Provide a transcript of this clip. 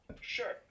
Sure